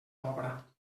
obra